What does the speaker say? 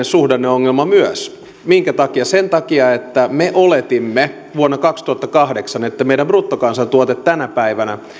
suhdanneongelma myös minkä takia sen takia että me oletimme vuonna kaksituhattakahdeksan että meidän bruttokansantuotteemme tänä päivänä